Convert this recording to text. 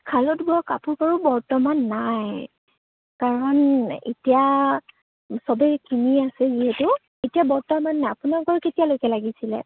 শালত বোৱা কাপোৰ বাৰু বৰ্তমান নাই কাৰণ এতিয়া সবে কিনি আছে যিহেতু এতিয়া বৰ্তমান নাই আপোনাক বাৰু কেতিয়ালৈকে লাগিছিলে